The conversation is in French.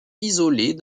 isolée